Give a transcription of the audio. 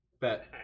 Bet